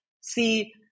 see